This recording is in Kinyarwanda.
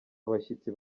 abashyitsi